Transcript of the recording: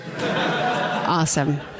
Awesome